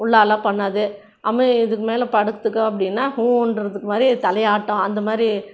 உள்ளே அலோ பண்ணாது அம்மு இதுக்கு மேலே படுத்துக்கோ அப்படினா ஊம்ங்றதுக்கு மாதிரி அது தலையை ஆட்டும் அந்த மாதிரி